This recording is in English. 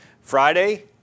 Friday